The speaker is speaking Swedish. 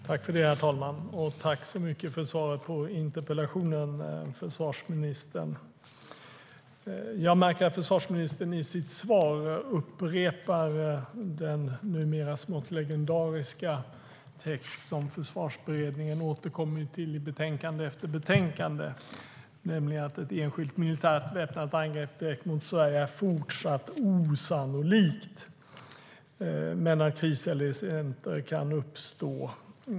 Herr talman! Jag vill tacka försvarsministern för svaret. Jag märker att försvarsministern i sitt svar upprepar den numera smått legendariska text som Försvarsberedningen har återkommit till i betänkande efter betänkande, nämligen att ett enskilt militärt väpnat angrepp direkt mot Sverige är fortsatt osannolikt, men kriser eller incidenter kan uppstå.